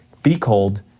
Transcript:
be cold,